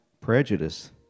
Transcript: prejudice